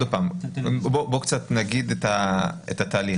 את התהליך.